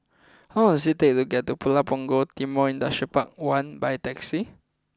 how long does it take to get to Pulau Punggol Timor Industrial Park One by taxi